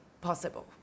possible